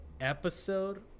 episode